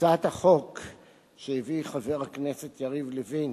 הצעת החוק שהביא חבר הכנסת יריב לוין